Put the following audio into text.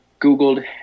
Googled